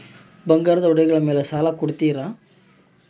ಬಂಗಾರದ ಒಡವೆಗಳ ಮೇಲೆ ಸಾಲ ಕೊಡುತ್ತೇರಾ?